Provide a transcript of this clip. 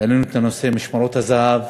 שם העלינו את נושא משמרות הזה"ב.